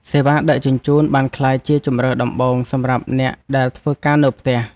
សេវាដឹកជញ្ជូន បានក្លាយជាជម្រើសដំបូងសម្រាប់អ្នកដែលធ្វើការនៅផ្ទះ។